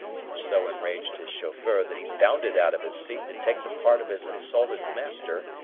which so enraged his chauffeur that he bounded out of his seat to take the part of his insulted master,